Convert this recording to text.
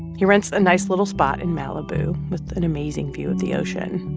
he rents a nice, little spot in malibu with an amazing view of the ocean.